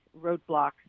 roadblocks